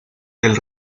del